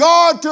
God